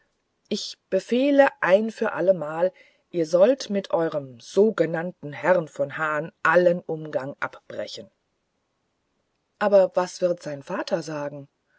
ich befehle ein für allemal ihr sollt mit eurem sogenannten herrn von hahn allen umgang abbrechen aber was wird sein vater sagen